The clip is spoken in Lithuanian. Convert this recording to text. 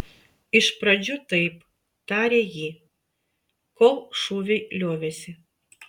iš pradžių taip tarė ji kol šūviai liovėsi